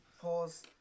pause